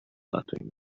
nothing